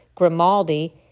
Grimaldi